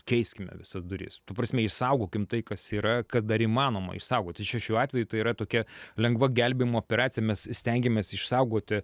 keiskime visas duris ta prasme išsaugokim tai kas tai yra tokia lengva gelbėjimo operacija mes stengiamės išsaugoti